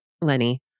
Lenny